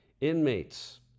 Inmates